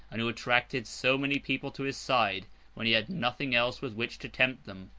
and who attracted so many people to his side when he had nothing else with which to tempt them,